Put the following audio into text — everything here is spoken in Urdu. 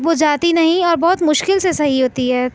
وہ جاتی نہیں اور بہت مشکل سے صحیح ہوتی ہے